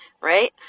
right